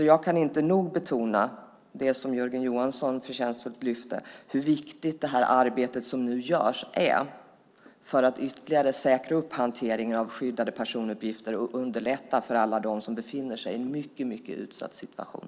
Jag kan inte nog betona det som Jörgen Johansson så förtjänstfullt lyfte fram, nämligen hur viktigt det arbete som nu görs är för att ytterligare säkra hanteringen av skyddade personuppgifter och underlätta för alla dem som befinner sig i en mycket utsatt situation.